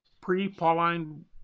pre-Pauline